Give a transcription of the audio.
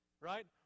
right